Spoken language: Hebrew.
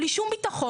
בלי שום ביטחון,